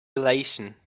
relation